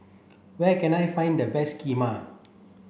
where can I find the best Kheema